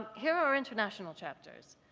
here are international chapters.